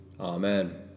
Amen